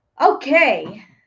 okay